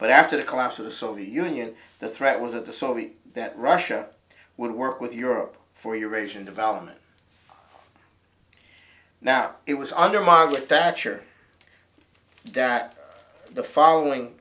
but after the collapse of the soviet union the threat was that the saudi that russia would work with europe for eurasian development now it was under margaret thatcher that the following